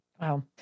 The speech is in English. Wow